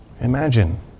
Imagine